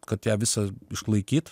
kad ją visas išlaikyt